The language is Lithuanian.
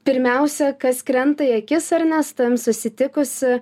pirmiausia kas krenta į akis ar ne su tavim susitikus